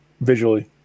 visually